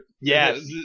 Yes